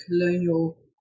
colonial